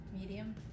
medium